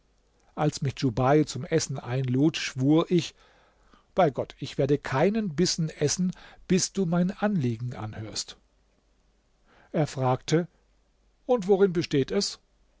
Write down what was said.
als mich djubeir zum essen einlud schwur ich bei gott ich werde keinen bissen essen bis du mein anliegen anhörst er fragte und worin besteht es